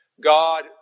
God